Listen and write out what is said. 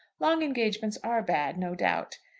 long engagements are bad no doubt.